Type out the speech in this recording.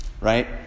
Right